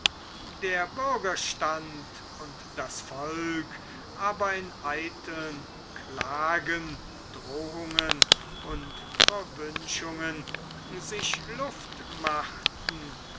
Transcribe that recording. der bürgerstand und das volk aber in eiteln klagen drohungen und verwünschungen sich luft machten